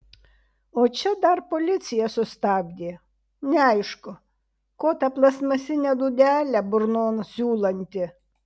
o čia dar policija sustabdė neaišku ko tą plastmasinę dūdelę burnon siūlanti